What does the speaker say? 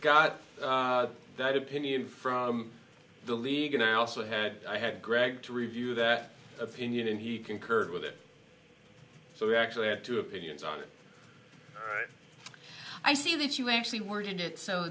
got that opinion from the league and i also had i had greg to review that opinion and he concurred with it so we actually had two opinions on it i see that you actually worded it so